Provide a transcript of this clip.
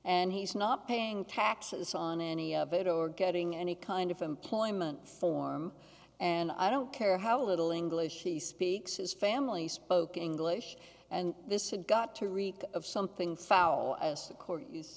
and he's not paying taxes on any of it or getting any kind of employment form and i don't care how little english she speaks his family spoke english and this it got to reek of something foul as the court